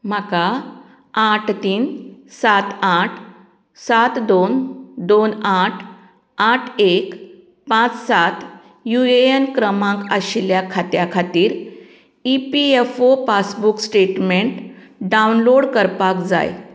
म्हाका आठ तीन सात आठ सात दोन दोन आठ आठ एक पांच सात यू ए यन क्रमांक आशिल्ल्या खात्या खातीर E P F O passbook statement download करपाक जाय